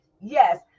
yes